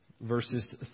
verses